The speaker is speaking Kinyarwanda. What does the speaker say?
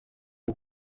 bwo